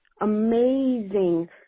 amazing